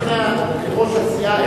ראש הסיעה,